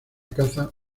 caza